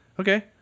Okay